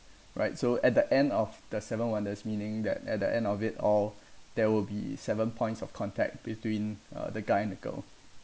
right so at the end of the seven wonders meaning that at the end of it all there will be seven points of contact between uh the guy and the girl